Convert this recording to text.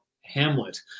Hamlet